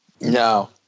No